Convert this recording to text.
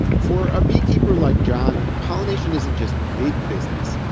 for a beekeeper like john, pollination isn't just big business.